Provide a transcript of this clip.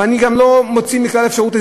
אני גם לא מוציא מכלל אפשרות,